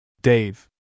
Dave